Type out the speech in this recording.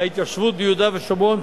ההתיישבות ביהודה ושומרון,